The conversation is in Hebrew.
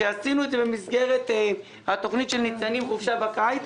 כשעשינו את זה במסגרת של התכנית "ניצנים חופשה בקיץ",